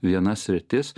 viena sritis